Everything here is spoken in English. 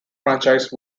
franchise